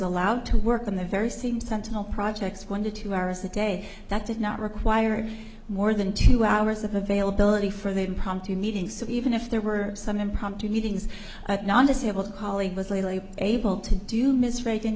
allowed to work on the very same sentinel projects one to two hours a day that did not require more than two hours of availability for the impromptu meeting so even if there were some impromptu meetings that non disabled colleague was legally able to do m